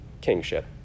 kingship